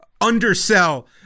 undersell